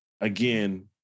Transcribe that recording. again